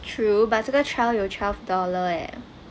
true but 这个 trial 有 twelve dollar eh